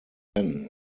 then